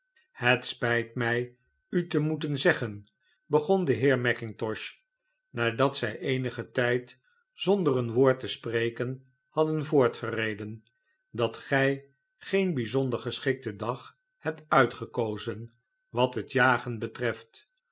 het spijt mij u te moeten zeggen begon de heer mackintosh nadat zij eenigen tijd zonder een woord te spreken hadden voortgereden dat gij geen bijzonder geschikten dag hebt uitgekozen wat het jagen betreft